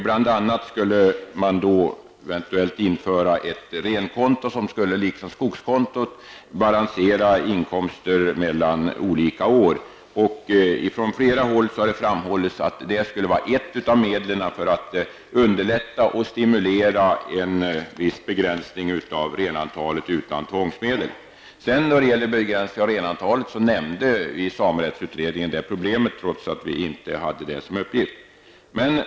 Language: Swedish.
Bl.a. skulle man eventuellt införa ett renkonto som liksom skogskontot skulle balansera inkomsterna mellan olika år. Från flera håll har det framhållits att detta skulle vara ett av medlen för att underlätta och stimulera en viss begränsning av antalet renar utan tvångsmedel. Beträffande begränsning av renantalet nämnde samrättsutredningen problemet trots att vi inte hade det som uppgift.